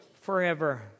forever